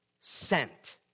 sent